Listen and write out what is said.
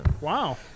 Wow